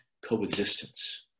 coexistence